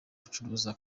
acuruza